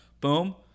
Boom